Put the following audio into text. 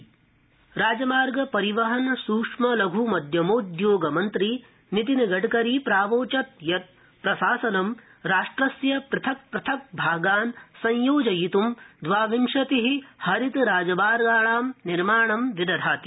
गडकरी साक्षात्कार राजमार्ग परिवहन सूक्ष्मलध् मध्यमोद्यममन्त्री नितिन गडकरी प्रावोचत् यत् प्रशासनं राष्ट्रस्य पृथक् पृथक् भागान् संयोजयित् द्वाविंशति हरित राजमार्ग निर्माणं विदधाति